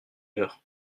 heure